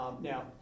Now